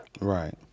Right